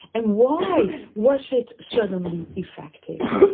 and why was it suddenly effective?